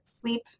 sleep